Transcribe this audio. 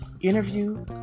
interview